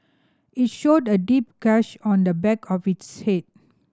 it showed a deep gash on the back of his head